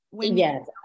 Yes